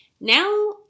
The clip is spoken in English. now